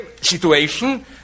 situation